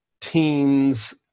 teens